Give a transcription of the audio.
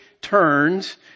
turns